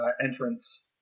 entrance